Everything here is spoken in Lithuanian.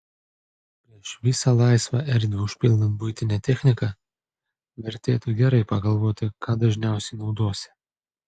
prieš visą laisvą erdvę užpildant buitine technika vertėtų gerai pagalvoti ką dažniausiai naudosi